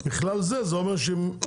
בכלל זה זה אומר שחדש,